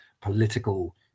political